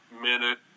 minute